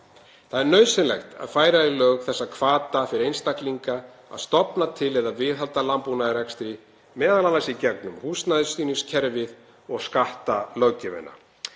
Það er nauðsynlegt að færa í lög þessa hvata fyrir einstaklinga til að stofna til eða viðhalda landbúnaðarrekstri, m.a. í gegnum húsnæðisstuðningskerfi og skattalöggjöfina.